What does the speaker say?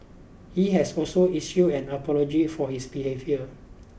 he has also issued an apology for his behaviour